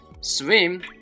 Swim